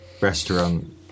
restaurant